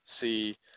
see